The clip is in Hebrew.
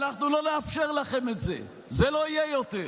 אנחנו לא נאפשר לכם את זה, זה לא יהיה יותר.